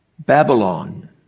Babylon